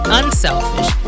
unselfish